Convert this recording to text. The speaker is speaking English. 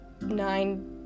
nine